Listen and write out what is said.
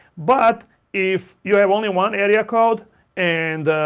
but if you have only one area code and,